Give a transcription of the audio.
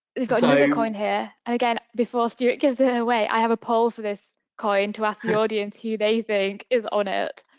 we've got another coin here. and again, before stuart gives it away, i have a poll for this coin to ask the audience who they think is on it.